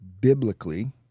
biblically—